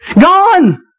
Gone